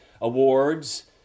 awards